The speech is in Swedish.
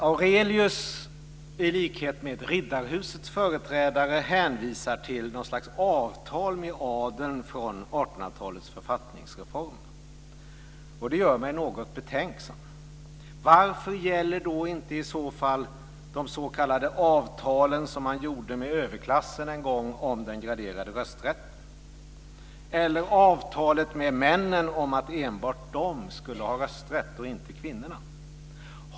Aurelius hänvisar liksom Riddarhusets företrädare till något slags avtal med adeln i samband med 1800 talets författningsreform. Det gör mig något betänksam. Varför gäller då inte de s.k. avtal som man gjorde med överklassen en gång om den graderade rösträtten? Eller avtalet med männen om att enbart de skulle ha rösträtt och inte kvinnorna?